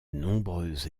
nombreux